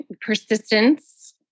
persistence